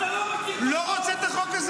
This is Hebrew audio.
אתה לא מכיר את החוק.